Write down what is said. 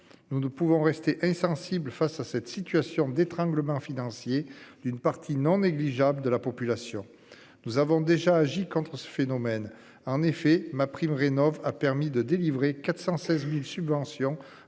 Nous ne pouvons rester insensible face à cette situation d'étranglement financier d'une partie non négligeable de la population. Nous avons déjà agi contre ce phénomène en effet ma prime Rénov'a permis de délivrer 416.000 subventions